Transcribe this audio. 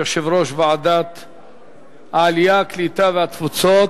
יושב-ראש ועדת העלייה, הקליטה והתפוצות.